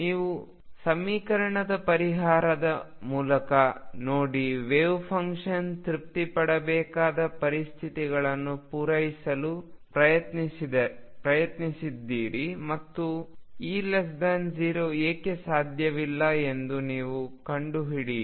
ನೀವು ಸಮೀಕರಣದ ಪರಿಹಾರದ ಮೂಲಕ ನೋಡಿ ವೆವ್ಫಂಕ್ಷನ್ ತೃಪ್ತಿಪಡಬೇಕಾದ ಪರಿಸ್ಥಿತಿಗಳನ್ನು ಪೂರೈಸಲು ಪ್ರಯತ್ನಿಸಿದ್ದೀರಿ ಮತ್ತು E0 ಏಕೆ ಸಾಧ್ಯವಿಲ್ಲ ಎಂದು ನೀವು ಕಂಡುಹಿಡಿಯಿರಿ